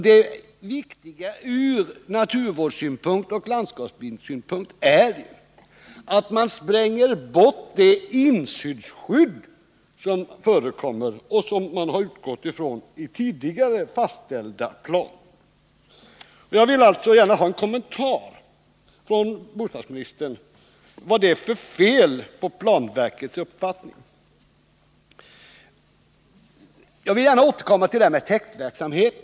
Det viktiga ur naturvårdssynpunkt och landskapsbildssynpunkt är ju att man spränger bort det insynsskydd som är nödvändigt och som man har utgått från i tidgare fastställda planer. Jag vill alltså gärna ha en kommentar från bostadsministern om vad det är för fel på planverkets uppfattning. Jag vill gärna återkomma till frågan om täktverksamhet.